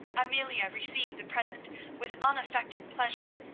amelia received the present with unaffected pleasure,